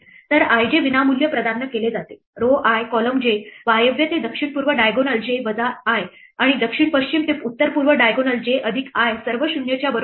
तर i j विनामूल्य प्रदान केले जाते row i column j वायव्य ते दक्षिण पूर्व diagonal j वजा i आणि दक्षिण पश्चिम ते उत्तर पूर्व diagonal j अधिक i सर्व 0 च्या बरोबर आहेत